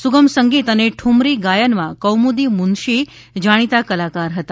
સુગમસંગીત અને ઠુમરી ગાયનમાં કૌમુદી મુનશી જાણીતા કલાકાર હતા